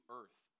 earth